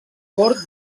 cort